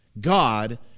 God